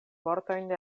vortojn